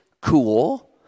cool